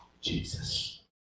jesus